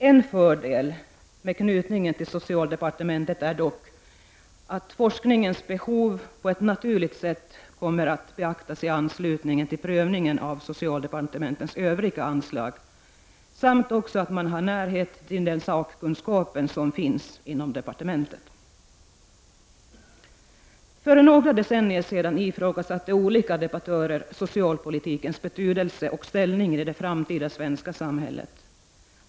En fördel med knytningen till socialdepartementet är dock att forskningens behov på ett naturligt sätt kommer att beaktas i anslutning till prövningen av socialdepartementets övriga anslag, samt närheten till den sakkunskap som finns inom departementet. För några decennier sedan ifrågasatte olika debattörer socialpolitikens betydelse och ställning i det framtida svenska samhället.